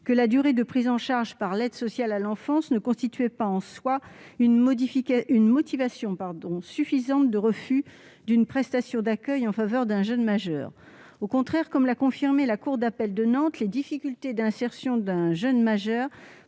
que la durée de prise en charge par l'aide sociale à l'enfance ne constituait pas en soi une motivation suffisante de refus d'une prestation d'accueil en faveur d'un jeune majeur. Au contraire, comme l'a confirmé la cour administrative d'appel de Nantes, les difficultés d'insertion d'un jeune majeur